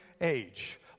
age